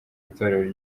itorero